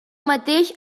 mateix